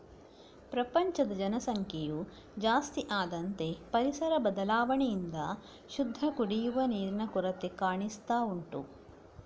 ಪ್ರಪಂಚದ ಜನಸಂಖ್ಯೆಯು ಜಾಸ್ತಿ ಆದಂತೆ ಪರಿಸರ ಬದಲಾವಣೆಯಿಂದ ಶುದ್ಧ ಕುಡಿಯುವ ನೀರಿನ ಕೊರತೆ ಕಾಣಿಸ್ತಾ ಉಂಟು